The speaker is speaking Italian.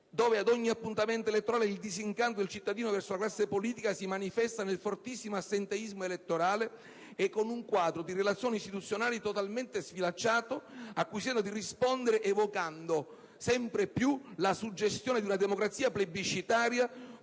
dove ad ogni appuntamento elettorale il disincanto del cittadino verso la classe politica si manifesta nel fortissimo assenteismo elettorale e con un quadro di relazioni istituzionali totalmente sfilacciato, a cui si tenta di rispondere evocando sempre più la suggestione di una democrazia plebiscitaria,